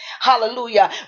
hallelujah